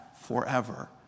forever